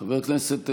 חבר הכנסת קוז'ינוב,